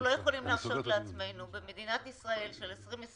אנחנו לא יכולים להרשות לעצמנו במדינת ישראל של 2020,